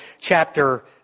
chapter